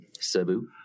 Cebu